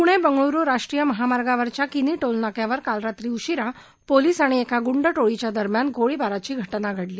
पूणे बंगळूरू राष्ट्रीय महामार्गावरच्या किनी टोल नाक्यावर काल रात्री उशीरा पोलीस आणि एका गुंडटोळीच्या दरम्यान गोळीबाराची घटना घडली